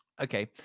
Okay